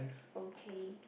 okay